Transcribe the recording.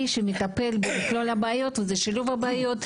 שמטפל במכלול הבעיות ובשילוב הבעיות,